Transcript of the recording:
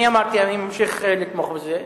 אני אמרתי שאני ממשיך לתמוך בזה,